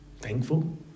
thankful